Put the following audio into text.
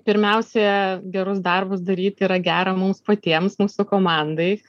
pirmiausia gerus darbus daryt yra gera mums patiems mūsų komandai